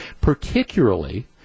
particularly –